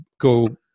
go